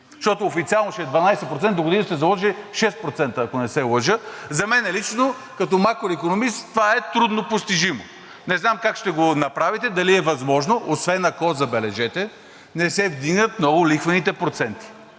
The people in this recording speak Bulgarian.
За мен лично като макроикономист това е труднопостижимо, не знам как ще го направите, дали е възможно, освен ако, забележете, не се вдигнат много лихвените проценти.